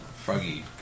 froggy